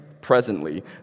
presently